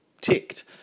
ticked